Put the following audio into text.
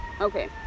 okay